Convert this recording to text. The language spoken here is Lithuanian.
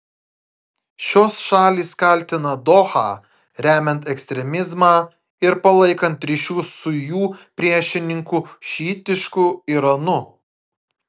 šios šalys kaltina dohą remiant ekstremizmą ir palaikant ryšius su jų priešininku šiitišku iranu